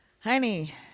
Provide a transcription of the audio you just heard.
honey